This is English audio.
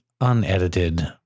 unedited